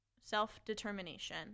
self-determination